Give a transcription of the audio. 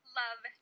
love